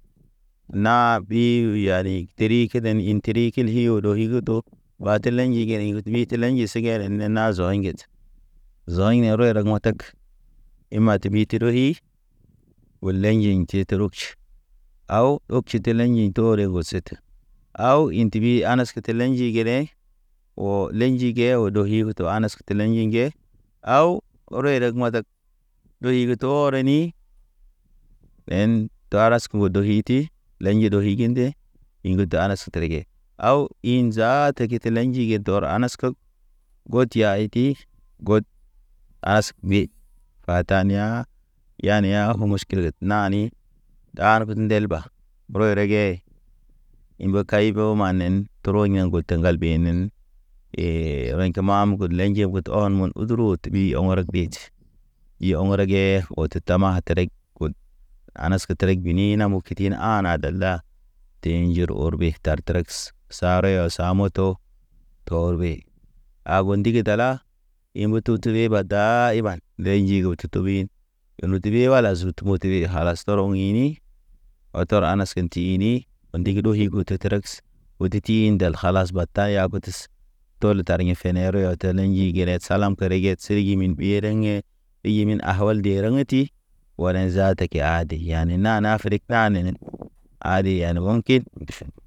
Na ɓi yani tri, tri keden in tri kilyo ɗoy, ɗoy ge to, ɓate lenji gene wuti lenje sigiren ne nazɔ. Zo ḛŋget zo aɲrɔ rɔy matak ima tibi tiro hi wulḛnjig te torogtʃ, aw. Oki te lḛnji ḭ tore osetə, aw in tibi anas ke lḛnji gede. O lḛnji ge o dohi to anas ke lḛnji ge, aw reyo erek matak. Ɗoy de tɔrɔ ni nen taras ge ŋgodo iti, lḛnji do higi dḛ. Iŋge danas strek ge aw ḭ zaata, tege te lḛnji ge dor hanas kog. Goti ayti god. As ɓid bata niya yani ya mo muʃkeget nani. Dar ge ndelba ure rege, ḭ mbe kaybo manen tro yango te ŋgal benen, ee rḛɲke mamu lḛnje gut ɔn mun guduru ut ɓi ɔŋ beji ɓi ɔn rege, Oto tama terek od, anas ke terek bini na mo piti ne a̰ adal da, tee njor or ɓe tar trek se sa riyɔ sa moto, tor ɓe, a go ndigi dala, in moto tube, dayman, lḛnji oto tobin. Note ɓe walas, zut note ɓe halas tɔrɔŋ ini, ɔtɔr anas ke tihini o ndigi o yel oto treks. Oto ti ndal kalas batan ya gots, tol tar ne fene riyɔd. Tene nji gered salam kere ged sere ji min ɓi rḛŋ he, ɓiyi min awal de rḛŋ ti walen zaata ke ade yani nana fre kanen. Ade yane wankin.